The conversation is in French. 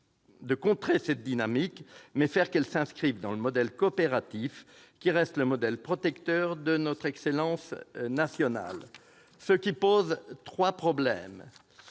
de contrer cette dynamique, mais de faire en sorte qu'elle s'inscrive dans le modèle coopératif, qui demeure le modèle protecteur de notre excellence nationale. Trois problèmes